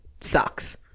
sucks